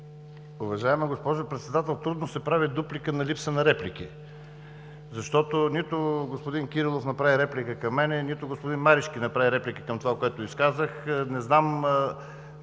Уважаема госпожо Председател, трудно се прави дуплика на липса на реплики, защото нито господин Кирилов направи реплика към мен, нито господин Марешки направи реплика към това, което изказах. Не знам